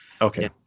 Okay